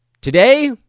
Today